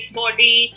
body